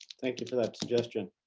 thank you for that suggestion.